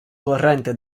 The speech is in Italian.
corrente